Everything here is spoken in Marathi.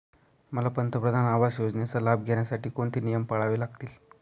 मला पंतप्रधान आवास योजनेचा लाभ घेण्यासाठी कोणते नियम पाळावे लागतील?